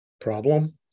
problem